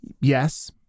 Yes